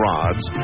Rods